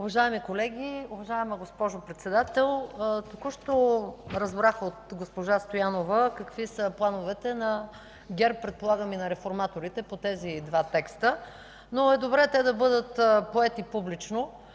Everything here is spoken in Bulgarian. Уважаеми колеги, уважаема госпожо Председател! Току-що разбрах от госпожа Стоянова какви са плановете на ГЕРБ, предполагам и на реформаторите, по тези два текста, но е добре те да бъдат поети публично.